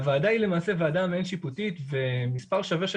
הוועדה היא למעשה מאין ועדה שיפוטית ומספר שווה של